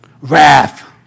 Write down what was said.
wrath